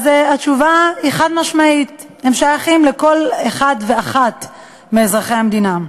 התשובה היא חד-משמעית: הם שייכים לכל אחד ואחת מאזרחי המדינה.